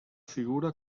figura